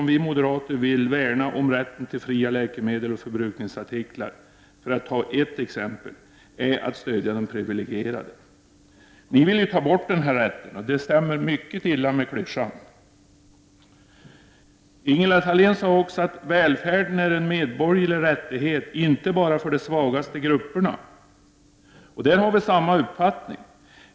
Vi moderater vill värna om rätten till fria läkemedel och förbrukningsartiklar, för att ta ett exempel. Tycker Ingela Thalén att detta är att stödja de privilegierade? Ni vill ta bort denna rätt, vilket stämmer mycket illa med klyschan. Ingela Thalén sade också att välfärd är en medborgerlig rättighet inte bara för de svagaste grupperna. Där har vi samma uppfattning.